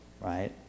Right